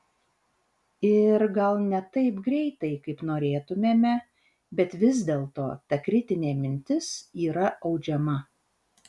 ir gal ne taip greitai kaip norėtumėme bet vis dėlto ta kritinė mintis yra audžiama